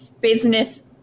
business